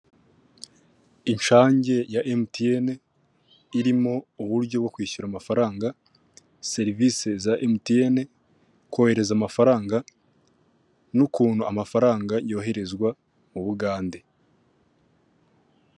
Inshange ya emutiyeni irimo uburyo bwo kwishyura amafaranga serivisi za emutiyeni kohereza amafaranga n'ukuntu amafaranga yoherezwa mu Bugande.